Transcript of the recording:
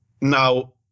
now